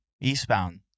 eastbound